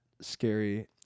scary